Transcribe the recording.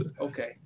Okay